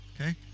Okay